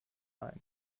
ein